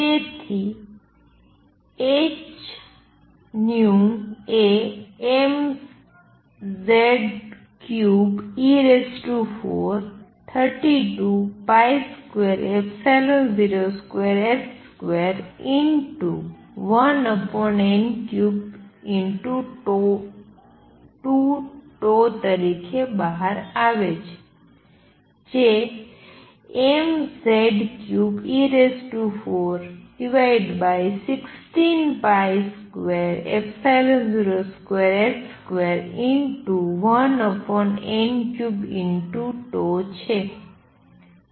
તેથી hv એ mZ2e432202h21n32τ તરીકે બહાર આવે છે જે mZ2e416202h21n3 છે